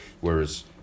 Whereas